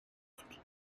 بود